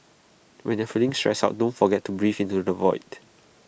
when you are feeling stressed out don't forget to breathe into the void